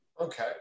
Okay